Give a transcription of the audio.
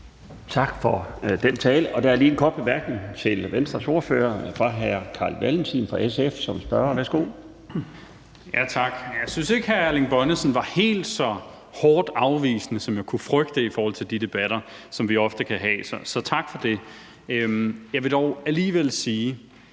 Tak for den tale. Der er lige en kort bemærkning til Venstres ordfører fra hr. Carl Valentin fra SF som spørger. Værsgo. Kl. 20:58 Carl Valentin (SF): Tak. Jeg synes ikke, hr. Erling Bonnesen var helt så hårdt afvisende, som jeg kunne frygte i forhold til de debatter, som vi ofte kan have. Så tak for det. Jeg vil dog alligevel sige,